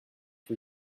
rue